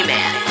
Man